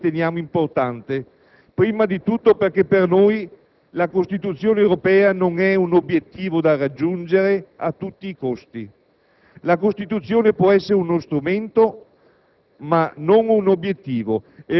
non è in linea con ciò che davvero riteniamo importante, prima di tutto perché per noi la Costituzione europea non è un obiettivo da raggiungere a tutti costi. La Costituzione può essere uno strumento